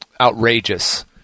outrageous